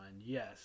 Yes